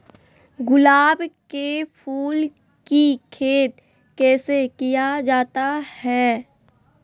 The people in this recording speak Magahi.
गुलाब के फूल की खेत कैसे किया जाता है?